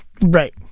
Right